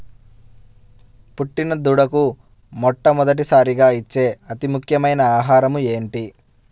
పుట్టిన దూడకు మొట్టమొదటిసారిగా ఇచ్చే అతి ముఖ్యమైన ఆహారము ఏంటి?